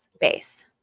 Base